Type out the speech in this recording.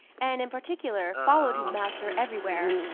and in particular, followed his master everywhere,